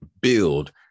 build